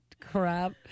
crap